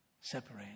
separate